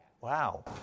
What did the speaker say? wow